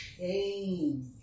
Change